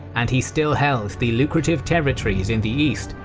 and he still held the lucrative territories in the east,